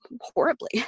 horribly